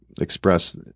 express